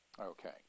Okay